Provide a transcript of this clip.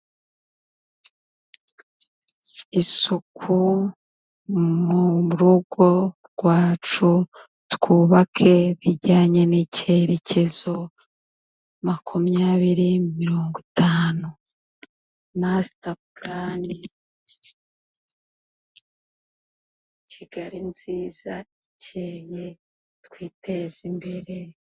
Isuku mu rugo rwacu; twubake bijyanye n'icyerekezo makumyabiri mirongo itanu. Masita purani Kigali nziza icyeye twiteza imbere.